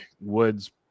Wood's